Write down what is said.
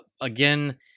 again